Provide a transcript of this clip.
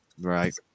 Right